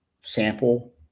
sample